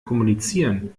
kommunizieren